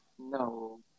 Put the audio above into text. No